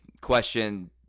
question